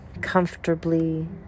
comfortably